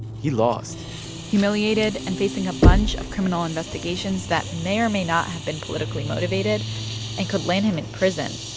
he lost humiliated and facing a bunch of criminal investigations that may or may not have been politically motivated and could land him in prison,